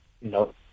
No